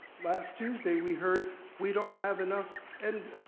last tuesday we heard we don't have enough and